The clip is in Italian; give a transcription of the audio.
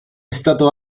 stato